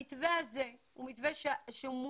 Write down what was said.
המתווה הזה הוא מתווה מוסכם,